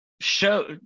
show